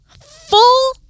full